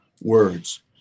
words